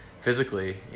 physically